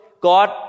God